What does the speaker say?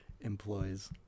employs